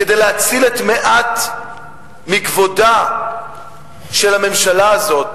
כדי להציל מעט מכבודה של הממשלה הזאת